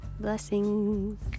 Blessings